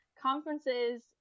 conferences